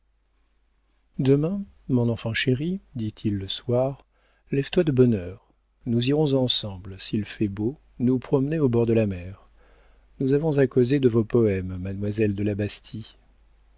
demain mon enfant chéri dit-il le soir lève-toi de bonne heure nous irons ensemble s'il fait beau nous promener au bord de la mer nous avons à causer de vos poëmes mademoiselle de la bastie